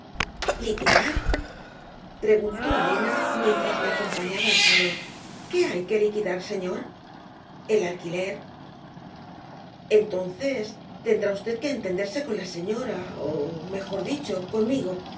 liquidar preguntó elena mientras me acompañaba al salón qué hay que liquidar señor el alquiler entonces tendrá usted que entenderse con la señora o mejor dicho conmigo